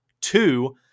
Two